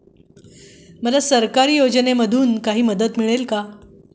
मला सरकारी योजनेमध्ये काही मदत मिळेल का?